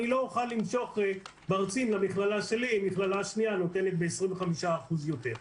לא אוכל למשוך מרצים למכללה שלי אם מכללה שנייה נותנת 25% יותר.